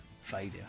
failure